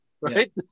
Right